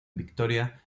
victoria